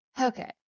Okay